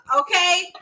Okay